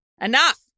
Enough